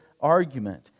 argument